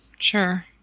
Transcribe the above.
Sure